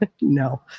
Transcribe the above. no